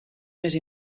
més